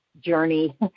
journey